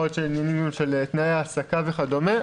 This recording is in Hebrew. יכול להיות גם עניינים של תנאי העסקה וכדומה,